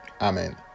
Amen